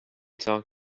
talk